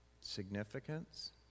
Significance